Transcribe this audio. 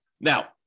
Now